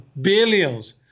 billions